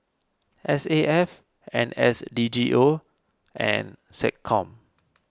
S A F N S D G O and SecCom